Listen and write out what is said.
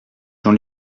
jean